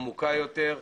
עמוקה יותר,